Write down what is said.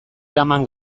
eraman